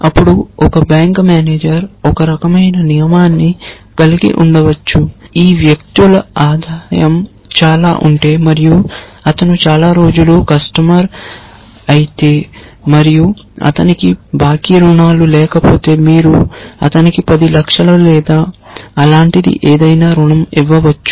అప్పుడు ఒక bank manager ఒక రకమైన నియమాన్ని కలిగి ఉండవచ్చు ఈ వ్యక్తుల ఆదాయం చాలా ఉంటే మరియు అతను చాలా రోజులు కస్టమర్ అయితే మరియు అతనికి బాకీ రుణాలు లేకపోతే మీరు అతనికి 10 లక్షలు లేదా అలాంటిది ఏదైనా రుణం ఇవ్వవచ్చు